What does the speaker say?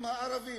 הם הערבים.